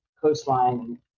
coastline